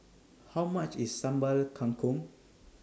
How much IS Sambal Kangkong